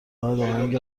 آهنگ